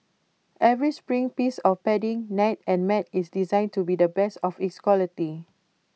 every spring piece of padding net and mat is designed to be the best of its quality